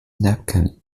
napkin